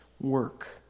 work